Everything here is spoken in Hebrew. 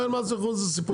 זה סיפור אחר.